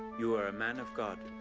you are a man of god.